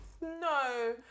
no